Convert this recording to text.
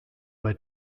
bei